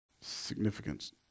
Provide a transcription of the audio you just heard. Significance